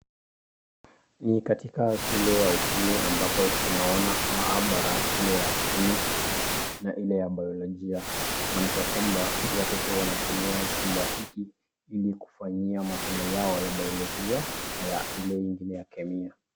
Ni katika shule ya upili ambapo tunaona maabara ile ya chemistry na ile ya biyolojia kumaanisha kwamba watoto wanatumia chumba hiki ili kufanyia masomo yao ya baiyolojia na ile ingine ya kemia.